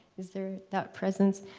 is there that presence?